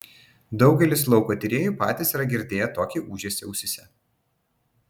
daugelis lauko tyrėjų patys yra girdėję tokį ūžesį ausyse